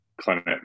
clinic